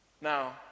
Now